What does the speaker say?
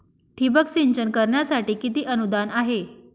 ठिबक सिंचन करण्यासाठी किती अनुदान आहे?